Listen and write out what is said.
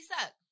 suck